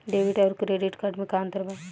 Debit आउर credit card मे का अंतर बा?